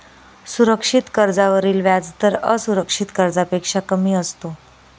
सुरक्षित कर्जावरील व्याजदर असुरक्षित कर्जापेक्षा कमी असतो